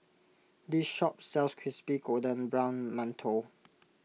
this shop sells Crispy Golden Brown Mantou